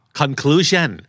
conclusion